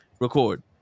Record